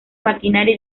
maquinaria